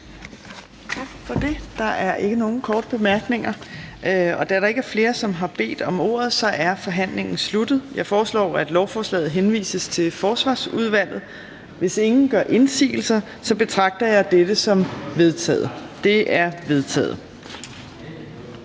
Tak for det. Der er ikke nogen korte bemærkninger. Da der ikke er flere, som har bedt om ordet, er forhandlingen sluttet. Jeg foreslår, at lovforslaget henvises til Forsvarsudvalget. Hvis ingen gør indsigelse, betragter jeg dette som vedtaget. Det er vedtaget.